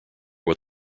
what